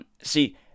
See